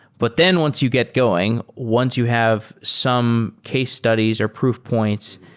but then once you get going, once you have some case studies or proof points,